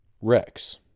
Rex